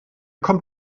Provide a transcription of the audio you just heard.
kommt